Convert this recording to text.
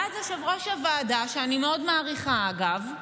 ואז יושב-ראש הוועדה, שאני מאוד מעריכה, אגב,